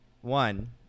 one